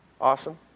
Awesome